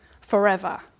forever